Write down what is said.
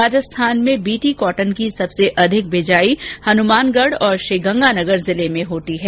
राजस्थान में BT cotton की सबसे अधिक बिजाई हनुमानगढ और श्रीगंगानगर जिले में होती है